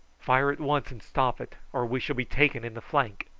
fire at once and stop it, or we shall be taken in the flank.